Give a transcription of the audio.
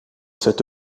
cette